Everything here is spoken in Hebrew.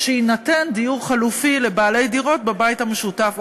שיינתן דיור חלופי לבעלי דירות בבית המשותף,